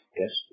yes